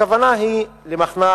הכוונה היא למחנק